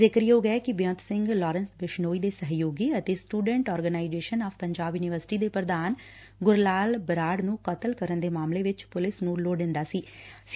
ਜ਼ਿਕਰਯੋਗ ਏ ਕਿ ਬੇਅੰਤ ਸਿੰਘ ਲਾਰੈਂਸ ਬਿਸ਼ਨੋਈ ਦੇ ਸਹਿਯੋਗੀ ਅਤੇ student organisation of Punjab university ਦੇ ਪ੍ਰਧਾਨ ਗੁਰਲਾਲ ਬਰਾਤ ਨੂੰ ਕਤਲ ਕਰਨ ਦੇ ਮਾਮਲੇ ਵਿਚ ਪੁਲਿਸ ਨੂੰ ਲੋੜੀਂਦਾ ਸੀ